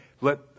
Let